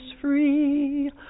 free